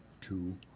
two